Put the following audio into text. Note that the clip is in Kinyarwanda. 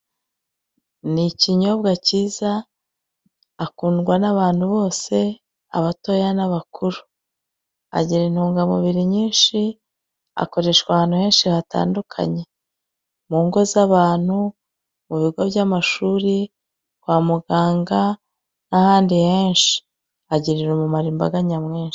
Ni ikinyobwa kiza akundwa n'abantu bose, abatoya n'abakuru. Agira intungamubiri nyinshi, akoreshwa ahantu henshi hatandukanye. Mungo z'abantu mu bigo by'amashuri, kwa muganga , n'ahandi henshi, agira umumaro mwinshi.